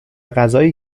غذایی